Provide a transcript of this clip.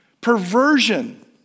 Perversion